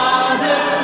Father